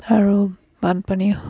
আৰু বানপানী